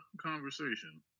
conversation